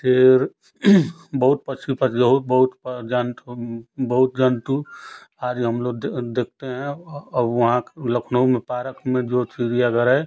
शेर बहुत पक्षी पशु बहुत बहुत जंतु बहुत जंतु आर हम लोग दे देखते है और वहाँ लखनऊ में पारक में जो चिड़िया घर है